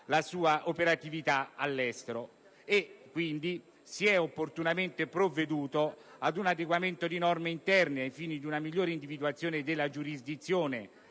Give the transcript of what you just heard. la sua operatività all'estero. Quindi si è opportunamente provveduto ad un adeguamento delle norme interne ai fini di una migliore individuazione della giurisdizione